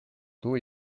dos